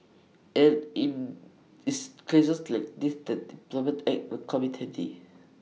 and IT is cases like these that the employment act will come in handy